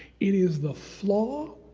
it is the flaw,